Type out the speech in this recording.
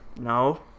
No